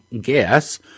guess